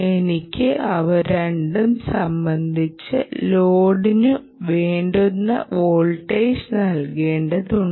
എനിക്ക് അവ രണ്ടും ബന്ധിപ്പിച്ച് ലോഡിനു വേണ്ടുന്ന വോൾട്ടേജ് നൽകേണ്ടതുണ്ട്